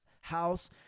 house